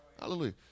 hallelujah